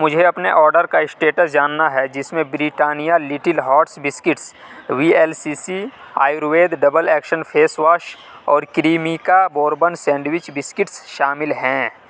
مجھے اپنے آرڈر کا اسٹیٹس جاننا ہے جس میں Britannia little hearts biscuits V L C C Ayurved double action face wash اور کریمیکا بوربن سینڈوچ بسکٹس شامل ہیں